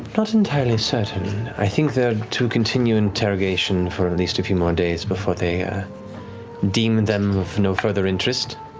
not entirely certain, i think they're to continue interrogation for at least a few more days before they deem them of no further interest.